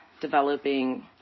developing